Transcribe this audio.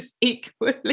equally